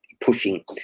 pushing